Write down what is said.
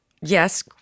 Yes